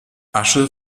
asche